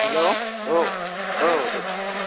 hello औ औ दे